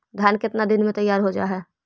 धान केतना दिन में तैयार हो जाय है?